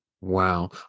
Wow